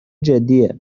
جدیه